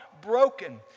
broken